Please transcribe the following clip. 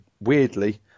weirdly